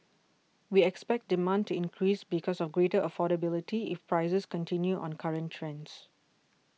we expect demand to increase because of greater affordability if prices continue on current trends